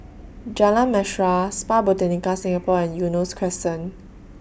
Jalan Mesra Spa Botanica Singapore and Eunos Crescent